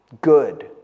good